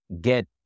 get